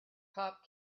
cop